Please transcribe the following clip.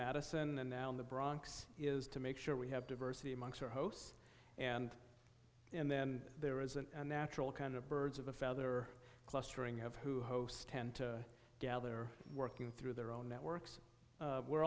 madison and now in the bronx is to make sure we have diversity amongst our hosts and then there is a natural kind of birds of a feather clustering of who hosts tend to gather working through their own networks we're